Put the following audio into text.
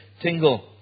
tingle